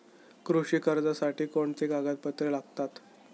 कृषी कर्जासाठी कोणती कागदपत्रे लागतात?